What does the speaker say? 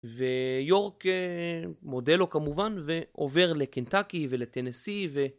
ויורק מודה לו כמובן ועובר לקינטקי ולטנסי ו...